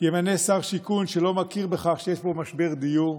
ימנה שר שיכון, שלא מכיר בכך שיש פה משבר דיור,